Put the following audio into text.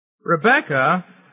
Rebecca